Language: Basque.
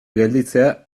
gelditzea